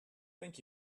thank